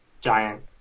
giant